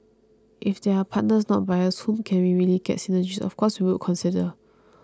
if there are partners not buyers whom we can really get synergies of course we would consider